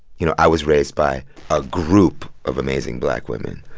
you know, i was raised by a group of amazing black women.